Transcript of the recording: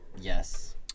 Yes